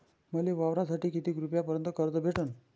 मले वावरासाठी किती रुपयापर्यंत कर्ज भेटन?